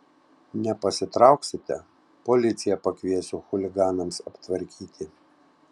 nepasitrauksite policiją pakviesiu chuliganams aptvarkyti